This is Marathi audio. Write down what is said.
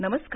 नमस्कार